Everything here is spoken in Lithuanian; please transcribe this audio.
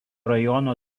rajono